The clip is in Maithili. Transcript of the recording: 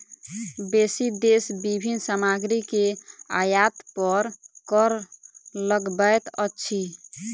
बेसी देश विभिन्न सामग्री के आयात पर कर लगबैत अछि